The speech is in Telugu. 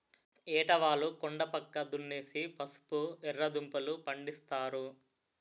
ఏటవాలు కొండా పక్క దున్నేసి పసుపు, ఎర్రదుంపలూ, పండిస్తారు